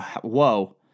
whoa